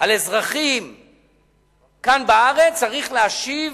על אזרחים כאן, בארץ, צריך להשיב,